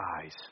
eyes